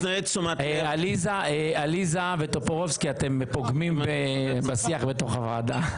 עליזה וטופורובסקי, אתם פוגמים בשיח בתוך הוועדה.